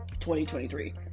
2023